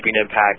Impact